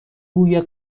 بوی